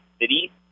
city